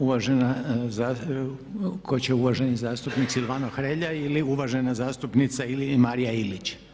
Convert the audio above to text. Uvažena, tko je uvaženi zastupnik Silvano Hrelja ili uvažena zastupnica Marija Ilić?